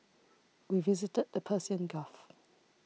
we visited the Persian Gulf